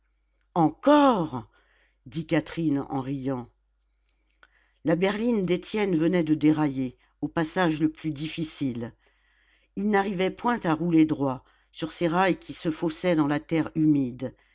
encore dit catherine en riant la berline d'étienne venait de dérailler au passage le plus difficile il n'arrivait point à rouler droit sur ces rails qui se faussaient dans la terre humide